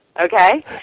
okay